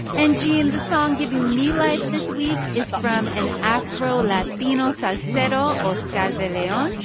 and gene, the song giving me life this week is from an afro-latino salsero oscar d'leon.